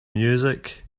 music